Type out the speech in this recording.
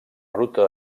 ruta